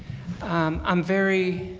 um i'm very,